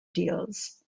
deals